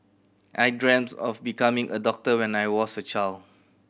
I dreamt of becoming a doctor when I was a child